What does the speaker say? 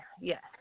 Yes